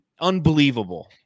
Unbelievable